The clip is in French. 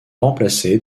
remplacés